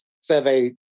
survey